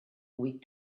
with